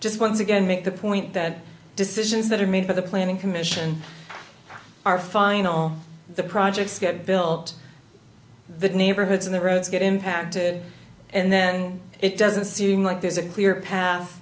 just once again make the point that decisions that are made by the planning commission are final the projects get built the neighborhoods and the roads get impacted and then it doesn't seem like there's a clear path